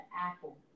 apple